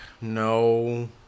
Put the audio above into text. No